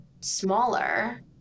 smaller